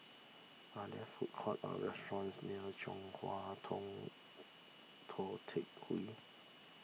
are there food courts or restaurants near Chong Hua Tong Tou Teck Hwee